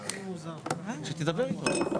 נציג שלטון מקומי.